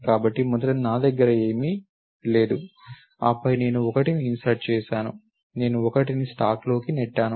కాబట్టి మొదట నా దగ్గర ఏమీ లేదు ఆపై నేను 1ని ఇన్సర్ట్ చేసాను నేను 1ని స్టాక్లోకి నెట్టాను